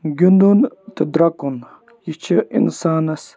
گِنٛدُن تہٕ درٛکُن یہِ چھُ اِنسانَس